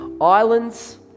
Islands